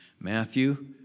Matthew